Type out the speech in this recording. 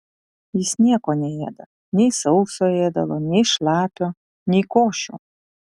jis nieko neėda nei sauso ėdalo nei šlapio nei košių